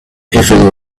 even